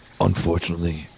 Unfortunately